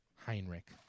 Heinrich